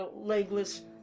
legless